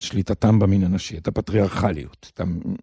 שליטתם במין הנשי, את הפטריארכליות.